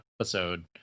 episode